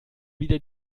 wieder